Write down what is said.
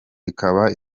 ikaba